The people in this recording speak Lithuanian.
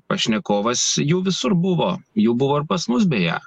pašnekovas jų visur buvo jų buvo ir pas mus beje